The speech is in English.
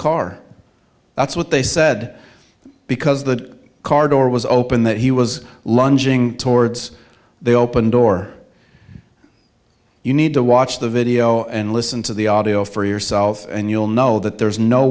car that's what they said because the car door was open that he was lunging towards the open door you need to watch the video and listen to the audio for yourself and you'll know that there's no